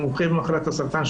ואני מומחה במחלת הסרטן,